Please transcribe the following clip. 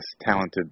talented